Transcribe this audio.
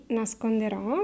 nasconderò